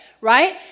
right